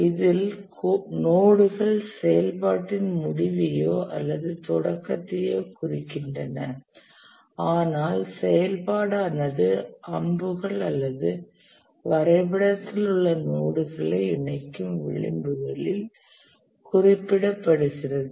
இதில் நோடுகள் செயல்பாட்டின் முடிவையோ அல்லது தொடக்கத்தையோ குறிக்கின்றன ஆனால் செயல்பாடானது அம்புகள் அல்லது வரைபடத்தில் உள்ள நோடுகளை இணைக்கும் விளிம்புகளில் குறிப்பிடப்படுகிறது